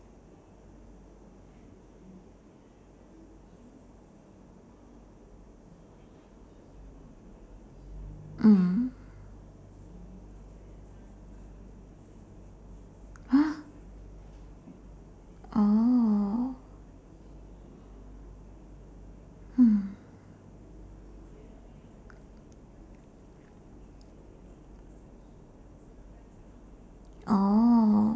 mm !huh! oh hmm oh